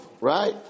right